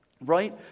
Right